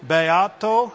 Beato